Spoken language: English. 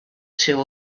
two